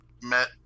met